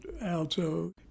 alto